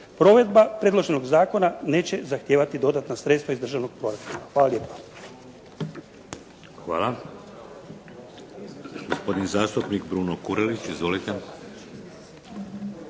Provedba predloženog zakona neće zahtijevati dodatna sredstva iz Državnog proračuna. Hvala lijepa.